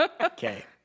Okay